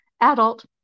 Adult